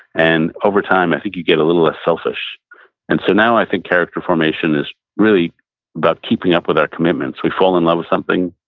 and over time, i think you get a little less selfish and so now i think character formation is really about keeping up with our commitments. we fall in love with something,